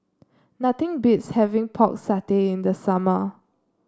nothing beats having Pork Satay in the summer